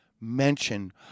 mention